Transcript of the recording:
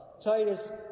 Titus